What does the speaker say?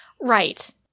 Right